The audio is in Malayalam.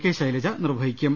കെ ശൈലജ നിർവഹിക്കും